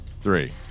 Three